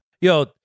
Yo